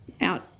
out